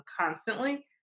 constantly